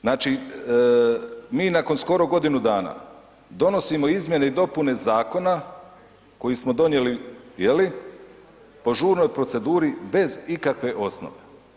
Znači mi nakon skoro godinu dana donosimo izmjene i dopune zakona, koje smo donijeli je li, po žurnoj proceduri bez ikakve osnove.